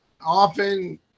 often